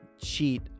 cheat